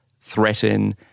threaten